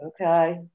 Okay